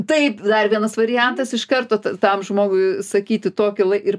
taip dar vienas variantas iš karto tam žmogui sakyti tokį ir